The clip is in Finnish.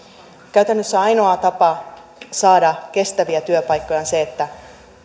käytännössä ainoa tapa saada kestäviä työpaikkoja on se että